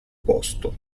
posto